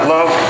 Love